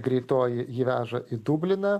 greitoji jį veža į dubliną